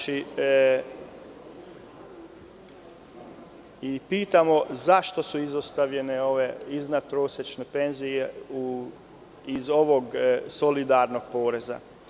Pitamo – zašto su izostavljene ove iznadprosečne penzije iz ovog solidarnog poreza?